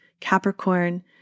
Capricorn